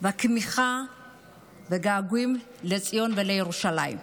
והכמיהה והגעגועים לציון ולירושלים.